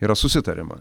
yra susitariama